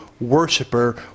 worshiper